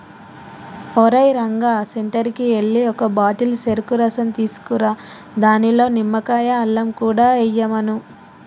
ఓరేయ్ రంగా సెంటర్కి ఎల్లి ఒక బాటిల్ సెరుకు రసం తీసుకురా దానిలో నిమ్మకాయ, అల్లం కూడా ఎయ్యమను